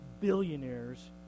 billionaires